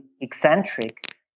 eccentric